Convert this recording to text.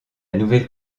nouvelle